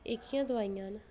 एह्कियां दोआइयां न